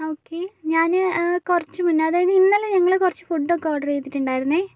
okay ഞാന് കുറച്ച് മുന്ന് അതായത് ഇന്നലെ ഞങ്ങള് കുറച്ച് ഫുഡൊക്കെ ഓർഡർ ചെയ്തിട്ടുണ്ടായിരുന്നു